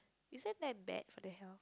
isn't that bad for the hell